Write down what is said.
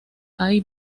hay